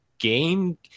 Game